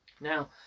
Now